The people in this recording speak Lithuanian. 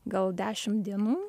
gal dešim dienų